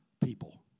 people